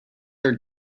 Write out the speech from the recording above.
are